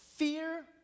Fear